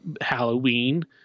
Halloween